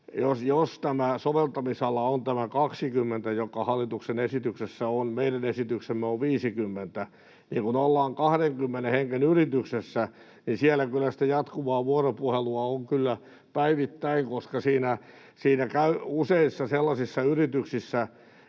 jos soveltamisala on tämä 20, joka hallituksen esityksessä on — meidän esityksemme on 50 — niin kun ollaan 20 hengen yrityksessä, siellä sitä jatkuvaa vuoropuhelua on kyllä päivittäin, koska useissa sellaisissa yrityksissä